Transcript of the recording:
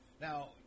Now